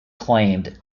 claimed